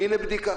הנה בדיקה.